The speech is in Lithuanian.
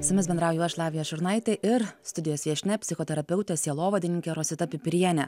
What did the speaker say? su jumis bendrauju aš lavija šurnaitė ir studijos viešnia psichoterapeutė sielovadininkė rosita pipirienė